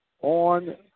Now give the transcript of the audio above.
on